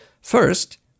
First